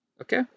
okay